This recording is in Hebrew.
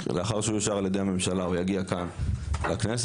לאחר שיאושר על ידי הממשלה ויגיע כאן לכנת,